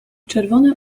czerwone